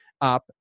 up